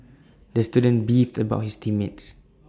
the student beefed about his team mates